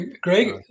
Greg